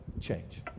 change